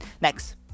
next